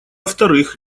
вторых